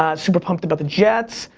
ah super pumped about the jets,